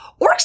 Orcs